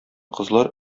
кызлар